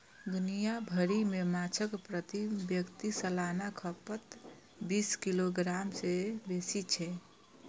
दुनिया भरि मे माछक प्रति व्यक्ति सालाना खपत बीस किलोग्राम सं बेसी छै